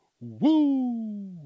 Woo